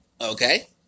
Okay